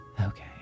Okay